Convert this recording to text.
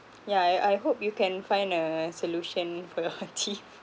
yeah I I hope you can find a solution for your hot tea